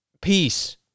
peace